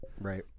Right